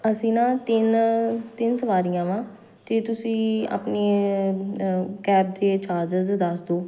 ਅਸੀਂ ਨਾ ਤਿੰਨ ਤਿੰਨ ਸਵਾਰੀਆਂ ਹਾਂ ਅਤੇ ਤੁਸੀਂ ਆਪਣੀ ਕੈਬ ਦੇ ਚਾਰਜ਼ਸ ਦੱਸ ਦਿਉ